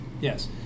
Yes